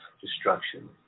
destruction